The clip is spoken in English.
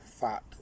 fat